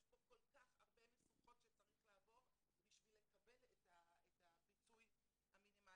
יש פה כל כך הרבה משוכות שצריך לעבור בשביל לקבל את הפיצוי המינימאלי.